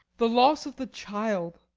the loss of the child.